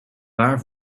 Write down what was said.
waar